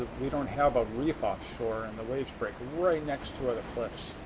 we don't have a reef offshore, and the waves break right next to the cliffs.